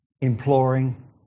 imploring